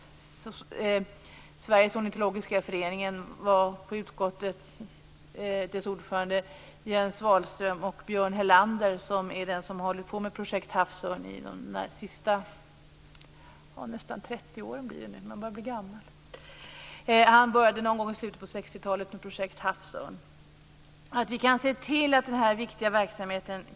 Ordförande i Sveriges ornitologiska förening, Jens Wahlström, och den som har hållit på sedan början av 60-talet med Projekt havsörn, Björn Helander, har varit hos utskottet och redogjort för situationen.